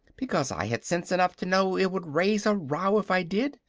because i had sense enough to know it would raise a row if i did.